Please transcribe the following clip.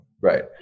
Right